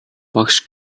багш